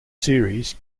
series